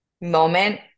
moment